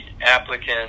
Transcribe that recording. applicant